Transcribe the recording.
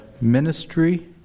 Ministry